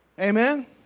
Amen